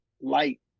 light